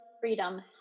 freedom